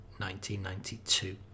1992